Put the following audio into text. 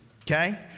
Okay